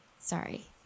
sorry